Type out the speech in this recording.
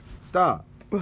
Stop